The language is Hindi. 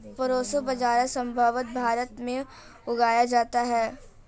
प्रोसो बाजरा संभवत भारत में उगाया जाता है